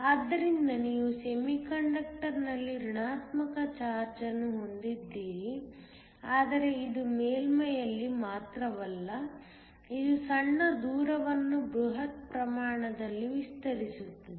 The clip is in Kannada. ಆದ್ದರಿಂದ ನೀವು ಸೆಮಿಕಂಡಕ್ಟರ್ನಲ್ಲಿ ಋಣಾತ್ಮಕ ಚಾರ್ಜ್ ಅನ್ನು ಹೊಂದಿದ್ದೀರಿ ಆದರೆ ಇದು ಮೇಲ್ಮೈಯಲ್ಲಿ ಮಾತ್ರವಲ್ಲ ಇದು ಸಣ್ಣ ದೂರವನ್ನು ಬೃಹತ್ ಪ್ರಮಾಣದಲ್ಲಿ ವಿಸ್ತರಿಸುತ್ತದೆ